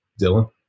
Dylan